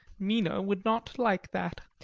mina would not like that.